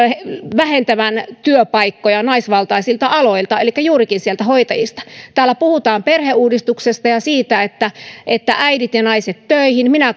vähentävän työpaikkoja naisvaltaisilta aloilta elikkä juurikin sieltä hoitajista täällä puhutaan perheuudistuksesta ja siitä että että äidit ja naiset töihin minä